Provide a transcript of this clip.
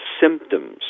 symptoms